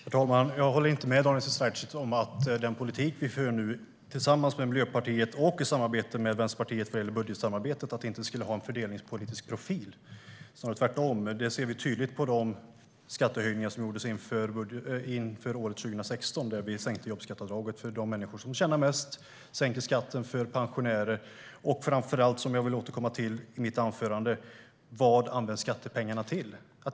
Herr talman! Jag håller inte med Daniel Sestrajcic om att den politik vi för tillsammans med Miljöpartiet, i samarbete med Vänsterpartiet vad gäller budgeten, inte skulle ha en fördelningspolitisk profil. Det är snarare tvärtom. Det ser vi tydligt på de skattehöjningar som gjordes inför 2016. Vi sänkte jobbskatteavdraget för de människor som tjänar mest och sänkte skatten för pensionärer. Framför allt handlar det om det som jag vill återkomma till i mitt anförande: Vad används skattepengarna till?